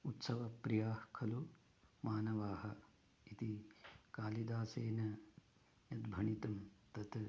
उत्सवप्रियाः खलु मानवाः इति कालिदासेन यद्भणितं तत्